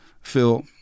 Phil